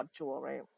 right